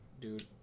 dude